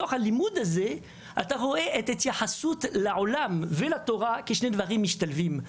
מתוך הלימוד אתה רואה התייחסות לעולם ולתורה כשני דברים משתלבים.